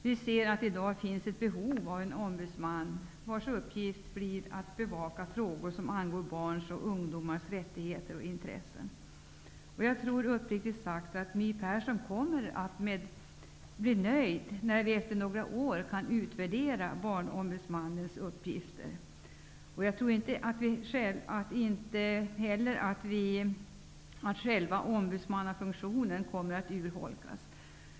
Vi ser att i dag finns ett behov av en ombudsman, vars uppgift blir att bevaka frågor som angår barns och ungdoms rättigheter och intressen. Jag tror uppriktigt sagt att My Persson kommer att bli nöjd, när vi efter några år kan utvärdera Barnombudsmannens uppgifter. Jag tror inte heller att själva ombudsmannafunktionen kommer att urholkas.